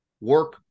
work